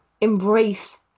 embrace